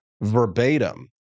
verbatim